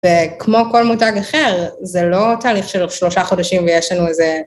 וכמו כל מותג אחר, זה לא תהליך של שלושה חודשים ויש לנו איזה...